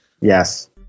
Yes